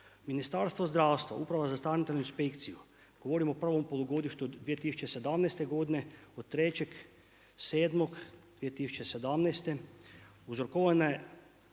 Ministarstvo zdravstva, Uprava za Sanitarnu inspekciju, govorim o prvom polugodištu 2017. godine od 3.7.2017. uzrokovane